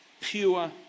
pure